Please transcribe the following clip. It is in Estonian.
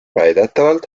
väidetavalt